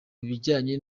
bijyanye